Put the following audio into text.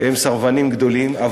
הם סרבנים גדולים.